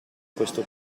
questo